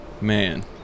man